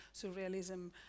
Surrealism